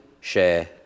share